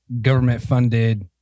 government-funded